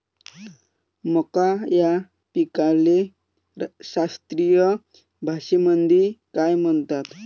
मका या पिकाले शास्त्रीय भाषेमंदी काय म्हणतात?